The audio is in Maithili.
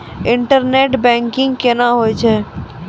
इंटरनेट बैंकिंग कोना होय छै?